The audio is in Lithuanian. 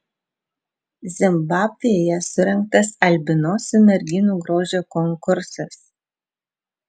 zimbabvėje surengtas albinosių merginų grožio konkursas